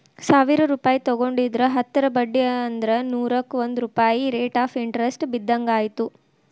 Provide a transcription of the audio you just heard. ಸಾವಿರ್ ರೂಪಾಯಿ ತೊಗೊಂಡಿದ್ರ ಹತ್ತರ ಬಡ್ಡಿ ಅಂದ್ರ ನೂರುಕ್ಕಾ ಒಂದ್ ರೂಪಾಯ್ ರೇಟ್ ಆಫ್ ಇಂಟರೆಸ್ಟ್ ಬಿದ್ದಂಗಾಯತು